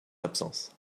absence